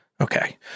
Okay